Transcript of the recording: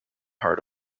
heart